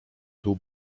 był